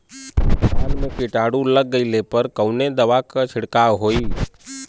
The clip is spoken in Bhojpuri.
धान में कीटाणु लग गईले पर कवने दवा क छिड़काव होई?